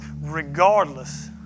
regardless